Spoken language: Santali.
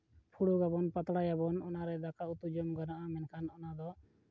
ᱯᱷᱩᱲᱩᱜᱟᱵᱚᱱ ᱯᱟᱛᱲᱟᱭᱟᱵᱚᱱ ᱚᱱᱟᱨᱮ ᱫᱟᱠᱟ ᱩᱛᱩ ᱡᱚᱢ ᱜᱟᱱᱚᱜᱼᱟ ᱢᱮᱱᱠᱷᱟᱱ ᱚᱱᱟᱫᱚ